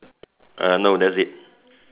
uh no that's it